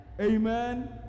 Amen